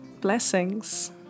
blessings